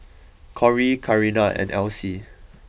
Corry Karina and Alcie